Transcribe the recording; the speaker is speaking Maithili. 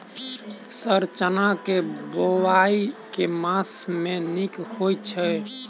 सर चना केँ बोवाई केँ मास मे नीक होइ छैय?